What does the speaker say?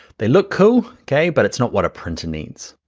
they look cool, okay? but it's not what a printer needs,